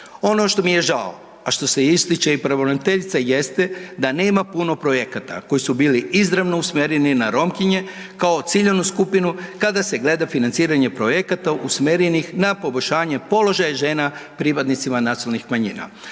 Ono što mi je žao, a što ističe i pravobraniteljica jeste da nema puno projekata koji su bili izravno usmjereni na Romkinje kao ciljanu skupinu kada se gleda financiranje projekata usmjerenih na poboljšanje položaja žena pripadnicima nacionalnih manjina.